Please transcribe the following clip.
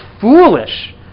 foolish